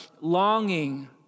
longing